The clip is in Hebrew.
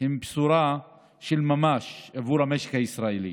הן בשורה של ממש עבור המשק הישראלי